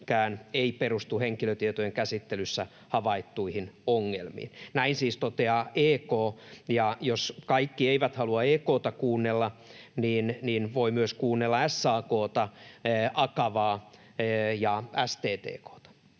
ei perustu henkilötietojen käsittelyssä havaittuihin ongelmiin.” Näin siis toteaa EK. Ja jos kaikki eivät halua EK:ta kuunnella, niin voi myös kuunnella SAK:ta, Akavaa ja STTK:ta.